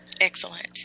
Excellent